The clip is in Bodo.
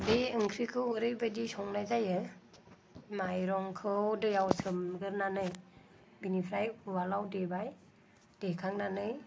बे ओंख्रिखौ ओरैबायदि संनाय जायो माइरंखौ दैयाव सोमग्रोनानै बेनिफ्राय उवालाव देबाय देखांनानै